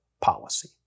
policy